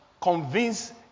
convince